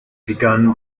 begun